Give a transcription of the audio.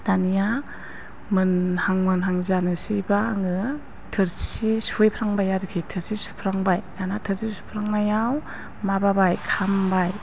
दानिया मोनहां मोनहां जानोसैबा आङो थोरसि सुहैफ्रांबाय आरोखि थोरसि सुफ्रांबाय दाना थोरसि सुफ्रांनायाव माबाबाय खामबाय